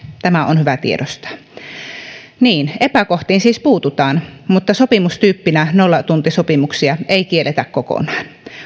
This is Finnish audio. tämä on hyvä tiedostaa epäkohtiin siis puututaan mutta sopimustyyppinä nollatuntisopimuksia ei kielletä kokonaan